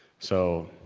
so,